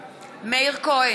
(קוראת בשמות חברי הכנסת) מאיר כהן,